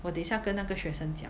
我等一下跟那个学生讲